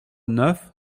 neuf